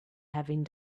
having